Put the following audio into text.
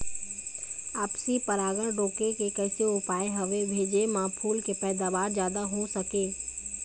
आपसी परागण रोके के कैसे उपाय हवे भेजे मा फूल के पैदावार जादा हों सके?